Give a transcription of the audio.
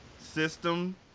system